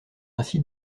ainsi